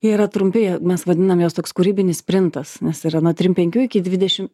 jie yra trumpi mes vadinam juos toks kūrybinis sprintas nes yra nuo trim penkių iki dvidešimt